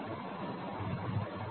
ஹா ஹா ஹா ஹா ஹா